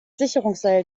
sicherungsseil